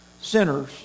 sinners